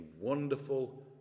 wonderful